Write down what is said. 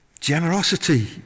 generosity